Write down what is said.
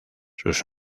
sus